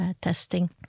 testing